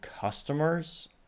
customers